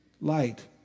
light